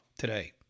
today